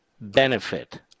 benefit